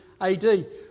AD